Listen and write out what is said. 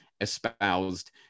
espoused